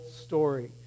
story